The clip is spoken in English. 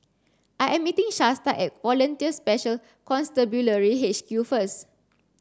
I am meeting Shasta at Volunteer Special Constabulary H Q first